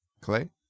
Clay